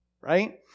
right